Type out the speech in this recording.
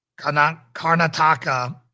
Karnataka